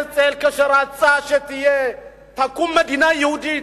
הרצל, כאשר רצה שתקום מדינה יהודית,